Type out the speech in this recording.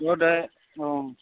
অঁ